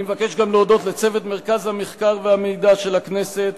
אני מבקש גם להודות לצוות מרכז המחקר והמידע של הכנסת,